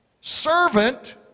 Servant